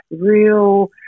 real